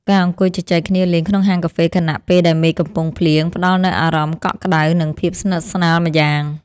ការអង្គុយជជែកគ្នាលេងក្នុងហាងកាហ្វេខណៈពេលដែលមេឃកំពុងភ្លៀងផ្តល់នូវអារម្មណ៍កក់ក្តៅ និងភាពស្និទ្ធស្នាលម្យ៉ាង។